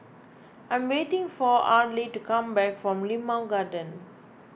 I am waiting for Arly to come back from Limau Garden